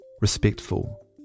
respectful